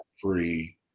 Free